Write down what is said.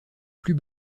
plus